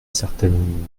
certaines